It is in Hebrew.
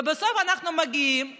ובסוף אנחנו מגיעים לדיון,